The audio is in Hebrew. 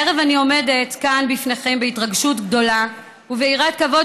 הערב אני עומדת כאן בפניכם בהתרגשות גדולה וביראת כבוד